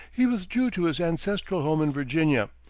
he withdrew to his ancestral home in virginia,